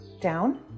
down